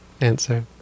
answer